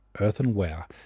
earthenware